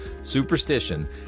superstition